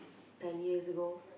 ten years ago